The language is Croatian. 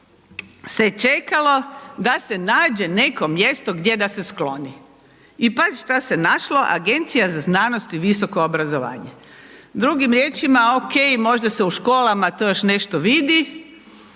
se čekalo da se nađe neko mjesto gdje da se skloni. I pazi šta se našlo Agencija za znanost i visoko obrazovanje, drugim riječima OK možda se u školama to još nešto vidi,